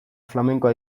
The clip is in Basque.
flamenkoa